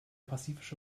pazifische